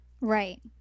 right